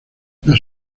las